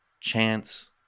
chance